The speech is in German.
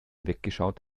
weggeschaut